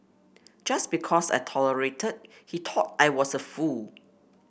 just because I tolerated he thought I was a fool